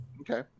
Okay